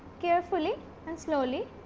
carefully and slowly